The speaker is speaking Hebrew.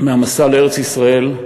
"המסע לארץ-ישראל",